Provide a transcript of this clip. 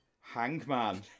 Hangman